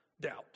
doubt